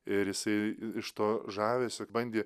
ir jisai iš to žavesio bandė